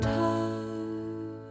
time